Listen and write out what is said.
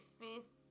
face